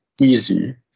easy